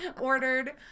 Ordered